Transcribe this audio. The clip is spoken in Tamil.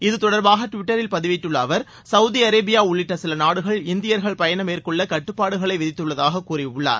இது தொடர்பாக டுவிட்டரில் பதிவிட்டுள்ள அவர் சவுதி அரேபியா உள்ளிட்ட சில நாடுகள் இந்தியர்கள் பயணம் மேற்கொள்ள கட்டுப்பாடுகளை விதித்துள்ளதாக கூறியுள்ளார்